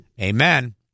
Amen